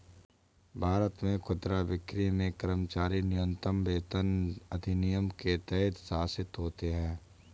भारत में खुदरा बिक्री में कर्मचारी न्यूनतम वेतन अधिनियम के तहत शासित होते है